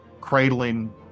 cradling